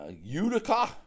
Utica